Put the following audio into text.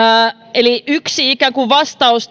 eli yksi ikään kuin vastaus